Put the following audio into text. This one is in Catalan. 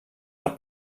del